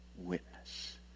witness